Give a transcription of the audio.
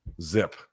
zip